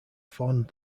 formed